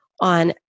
on